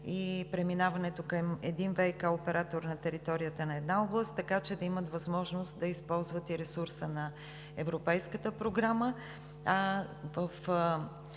и преминаването към един ВиК оператор на територията на една област да имат възможност да използват и ресурса на Европейската програма,